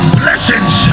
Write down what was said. blessings